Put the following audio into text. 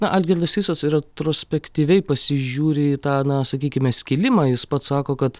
na algirdas sysas retrospektyviai pasižiūri į tą na sakykime skilimą jis pats sako kad